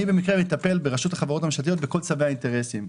אני במקרה מטפל ברשות החברות הממשלתיות בכל צווי האינטרסים,